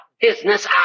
business